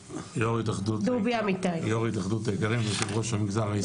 יושב ראש התאחדות האיכרים ויושב ראש המגזר העסקי.